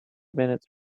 minutes